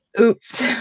oops